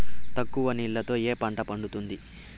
తక్కువ నీళ్లతో ఏ పంట పండుతుంది?